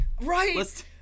Right